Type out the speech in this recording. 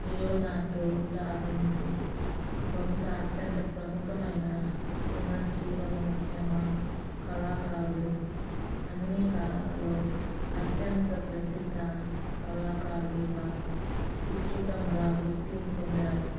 Leonardo da Vinci బహుశా అత్యంత ప్రముఖమైన పునర్జీవనోద్యమ కళాకారుడు అన్ని కాలాలలో అత్యంత ప్రసిద్ధ కళాకారుడిగా విస్తృతంగా గుర్తింపు పొందారు